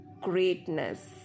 greatness